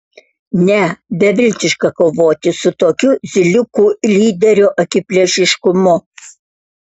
ne beviltiška kovoti su tokiu zyliukų lyderio akiplėšiškumu